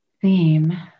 theme